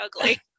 ugly